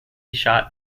shot